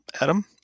Adam